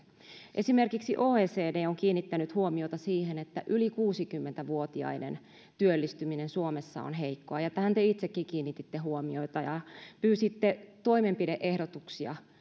esimerkiksi oecd on kiinnittänyt huomiota siihen että yli kuusikymmentä vuotiaiden työllistyminen suomessa on heikkoa ja tähän te itsekin kiinnititte huomiota ja pyysitte toimenpide ehdotuksia